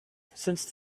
since